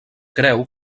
creu